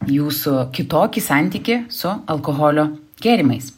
jūsų kitokį santykį su alkoholio gėrimais